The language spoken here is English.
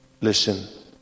Listen